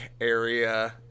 area